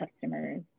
customers